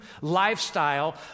lifestyle